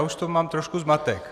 Už v tom mám trošku zmatek.